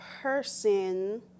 person